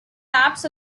maps